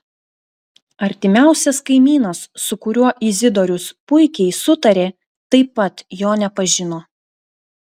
artimiausias kaimynas su kuriuo izidorius puikiai sutarė taip pat jo nepažino